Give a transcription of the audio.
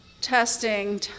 testing